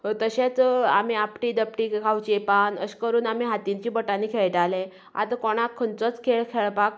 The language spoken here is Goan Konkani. तशेंच आमी आपटी धपटी खांवचे पान अशें करून आमी हातीच्या बोटांनी खेळटाले आता कोणाक खंयचोच खेळ खेळपाक